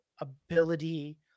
ability